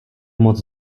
moc